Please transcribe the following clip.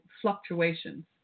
fluctuations